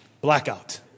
blackout